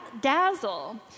dazzle